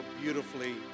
beautifully